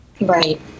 Right